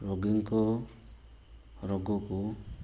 ରୋଗୀଙ୍କ ରୋଗକୁ